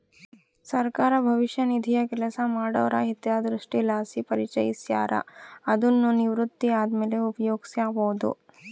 ಸರ್ಕಾರ ಭವಿಷ್ಯ ನಿಧಿನ ಕೆಲಸ ಮಾಡೋರ ಹಿತದೃಷ್ಟಿಲಾಸಿ ಪರಿಚಯಿಸ್ಯಾರ, ಅದುನ್ನು ನಿವೃತ್ತಿ ಆದ್ಮೇಲೆ ಉಪಯೋಗ್ಸ್ಯಬೋದು